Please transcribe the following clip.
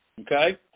Okay